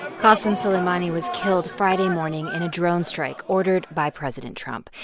qassem soleimani was killed friday morning in a drone strike ordered by president trump.